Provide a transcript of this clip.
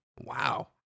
Wow